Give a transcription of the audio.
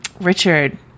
richard